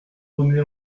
bonnet